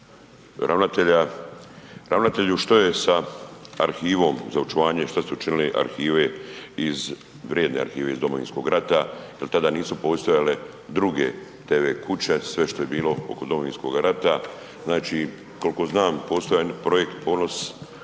ravnatelja, ravnatelju što je sa arhivom za očuvanje, šta ste učinili arhive, iz vrijedne arhive iz Domovinskog rata, jel tada nisu postojale druge tv kuće, sve što je bilo oko Domovinskog rata, znači koliko znam postoji jedan projekt Ponos